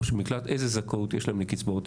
איזה זכאות יש להן לקצבאות,